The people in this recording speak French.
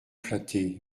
flatté